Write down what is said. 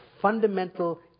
fundamental